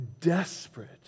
desperate